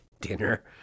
dinner